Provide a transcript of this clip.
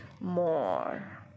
more